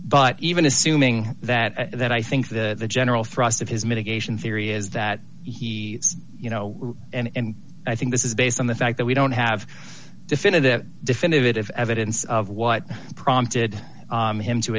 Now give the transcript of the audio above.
but even assuming that that i think the general thrust of his mitigation theory is that he you know and i think this is based on the fact that we don't have definitive definitive evidence of what prompted him to